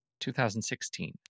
2016